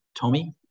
Tommy